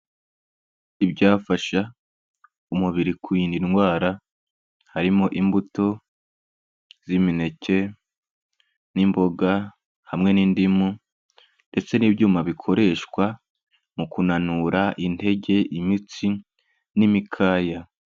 Ibyafasha umubiri kurindwa indwara, harimo imbuto z'imineke n'imboga hamwe n'indimu ndetse n'ibyuma bikoreshwa mu kunanura intege, imitsi n'imikaya.